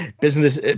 business